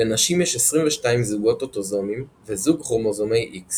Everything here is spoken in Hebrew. לנשים יש 22 זוגות אוטוזומים וזוג כרומוזומי X